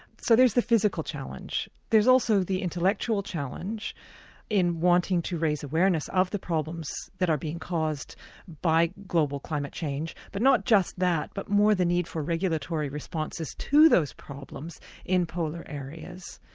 so there's the physical challenge. there's also the intellectual challenge in wanting to raise awareness of the problems that are being caused by global climate change, but not just that, but more the need for regulatory responses to those problems in polar areas.